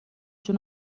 جون